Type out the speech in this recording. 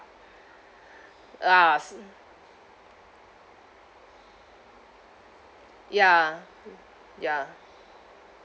ah s~ ya ya